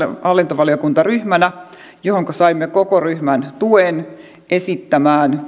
hallintovaliokuntaryhmänä johonka saimme koko ryhmän tuen esittämään